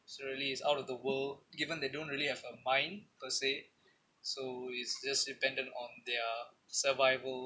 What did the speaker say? it's really is out of the world given they don't really have a mind per se so it's just dependent on their survival